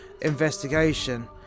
investigation